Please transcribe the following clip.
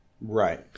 Right